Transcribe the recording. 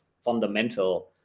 fundamental